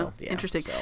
Interesting